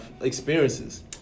experiences